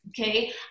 Okay